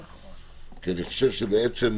אני חושב שמה